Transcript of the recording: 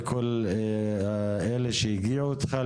לכל אלה שהגיעו איתך,